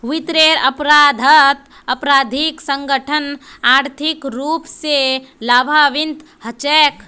वित्तीयेर अपराधत आपराधिक संगठनत आर्थिक रूप स लाभान्वित हछेक